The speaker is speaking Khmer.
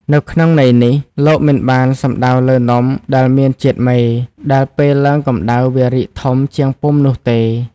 នៅក្នុងន័យនេះ លោកមិនបានសំដៅលើនំដែលមានជាតិមេ ដែលពេលឡើងកម្តៅវារីកធំជាងពុម្ពនោះទេ។